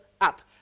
up